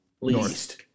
least